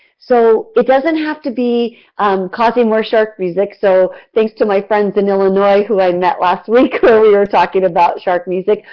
so it doesn't have to be causing more shark music, so thanks to my friends in illinois who i met last week where we were talking about shark music,